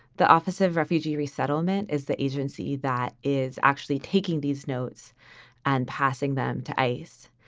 the office of refugee resettlement is the agency that is actually taking these notes and passing them to ice.